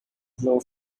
glow